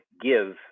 give